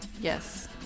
Yes